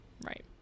Right